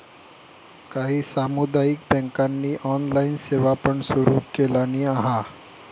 काही सामुदायिक बँकांनी ऑनलाइन सेवा पण सुरू केलानी हा